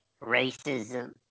racism